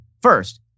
First